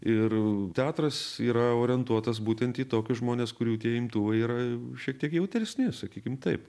ir teatras yra orientuotas būtent į tokius žmones kurių tie imtuvai yra šiek tiek jautresni sakykim taip